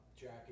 Jackie